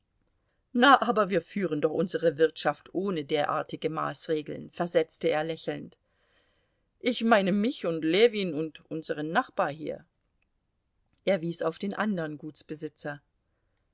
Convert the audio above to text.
na aber wir führen doch unsere wirtschaft ohne derartige maßregeln versetzte er lächelnd ich meine mich und ljewin und unsern nachbar hier er wies auf den andern